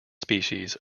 species